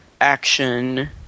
action